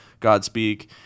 Godspeak